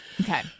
Okay